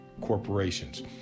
corporations